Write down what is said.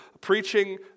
preaching